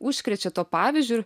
užkrečia tuo pavyzdžiu ir